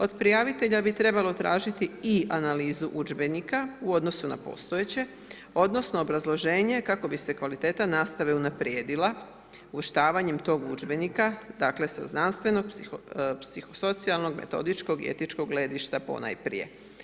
Od prijavitelja bi trebalo tražiti i analizu udžbenika u odnosu na postojeće, odnosno obrazloženje kako bi se kvaliteta nastave unaprijedila uvrštavanjem tog udžbenika, dakle sa znanstvenog, psihosocijalnog, metodičkog i etičkog gledišta ponajprije.